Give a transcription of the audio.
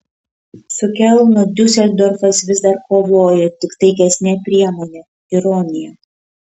su kelnu diuseldorfas vis dar kovoja tik taikesne priemone ironija